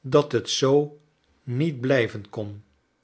dat het zoo niet blijven kon